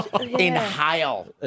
inhale